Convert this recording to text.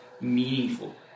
meaningful